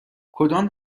کدام